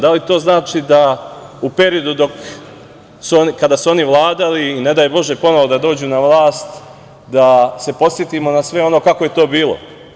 Da li to znači da u periodu kada su oni vladali i ne daj Bože ponovo da dođu na vlast, da se podsetimo na sve ono kako je to bilo.